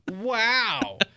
Wow